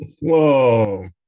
Whoa